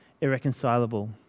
irreconcilable